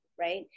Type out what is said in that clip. right